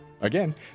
Again